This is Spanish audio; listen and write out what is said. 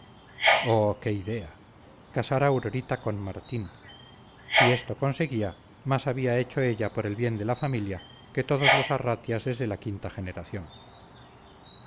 oh qué ideal casar a aurorita con martín si esto conseguía más había hecho ella por el bien de la familia que todos los arratias desde la quinta generación